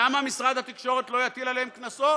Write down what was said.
למה משרד התקשורת לא יטיל עליהן קנסות,